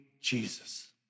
Jesus